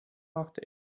machte